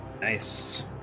Nice